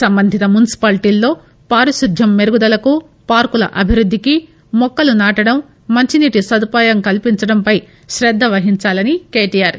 సంబంధిత మున్పిపాలిటీల్లో పారిశుద్ద్యం మెరుగుదలకు పార్కుల అభివృద్దికి మొక్కలు నాటడం మంచినీటి సదుపాయాలు కల్పించడంపై శ్రద్ద వహించాలని కేటీఆర్